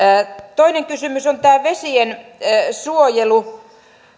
toinen kysymys on vesiensuojelu